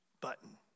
button